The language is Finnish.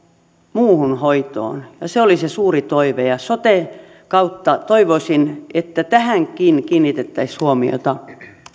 muuhun hoitoon ja se oli se suuri toive soten kautta toivoisin että tähänkin kiinnitettäisiin huomiota